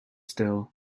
still